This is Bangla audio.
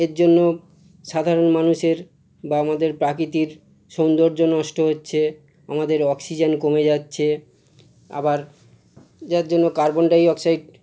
এর জন্য সাধারণ মানুষের বা আমাদের প্রকৃতির সৌন্দর্য নষ্ট হচ্ছে আমাদের অক্সিজেন কমে যাচ্ছে আবার যার জন্য কার্বন ডাইঅক্সাইড